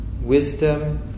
Wisdom